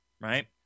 right